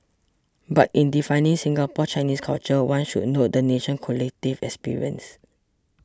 but in defining Singapore Chinese culture one should note the nation's collective experience